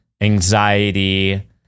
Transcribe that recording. anxiety